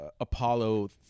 Apollo